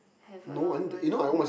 have a lot of money